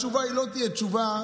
התשובה לא תהיה תשובה,